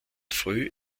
früh